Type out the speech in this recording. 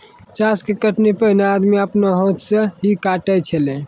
चास के कटनी पैनेहे आदमी आपनो हाथै से ही काटै छेलै